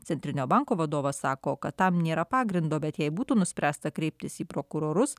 centrinio banko vadovas sako kad tam nėra pagrindo bet jei būtų nuspręsta kreiptis į prokurorus